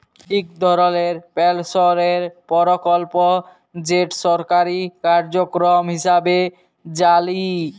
ইক ধরলের পেলশলের পরকল্প যেট সরকারি কার্যক্রম হিঁসাবে জালি